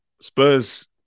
Spurs